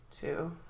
two